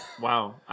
Wow